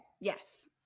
yes